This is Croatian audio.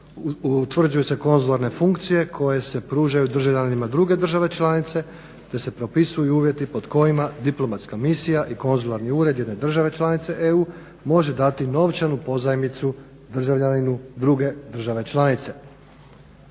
utvrđuju se konzularne funkcije koje se pružaju državljanima druge države članice, te se propisuju uvjeti pod kojima diplomatska misija i konzularni ured jedne države članice EU može dati novčanu pozajmicu državljaninu druge države članice.